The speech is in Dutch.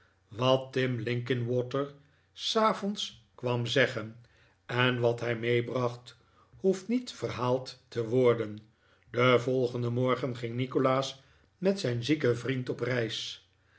wat tim linkinwater s avonds kwam zeggen en wat hij meebracht hoeft niet verhaald te worden den volgenden morgen ging nikolaas met zijn zieken vriend op reis